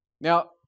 Now